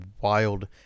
wild